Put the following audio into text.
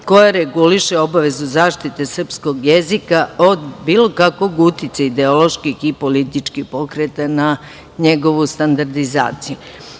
koje reguliše obavezu zaštite srpskog jezika od bilo kakvog uticaja ideoloških i političkih pokreta na njegovu standardizaciju. Iz